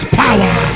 power